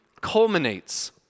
culminates